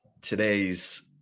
today's